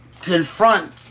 confront